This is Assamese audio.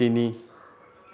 তিনি